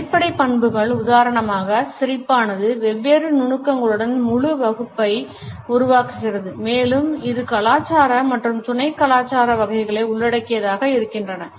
அடிப்படை பண்புகள்உதாரணமாக சிரிப்பானது வெவ்வேறு நுணுக்கங்களுடன் முழு வகுப்பபை உருவாக்குகிறது மேலும் இது கலாச்சார மற்றும் துணைக்கலாச்சார வகைகளை உள்ளடக்கியதாய் இருக்கின்றது